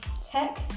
tech